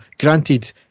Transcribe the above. Granted